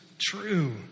true